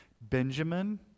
Benjamin